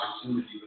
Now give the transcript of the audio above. opportunity